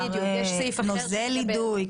נוזל אידוי,